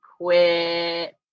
quit